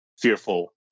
fearful